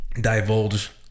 divulge